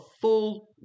full